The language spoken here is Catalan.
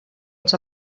els